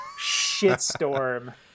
shitstorm